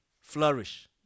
flourish